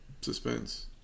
suspense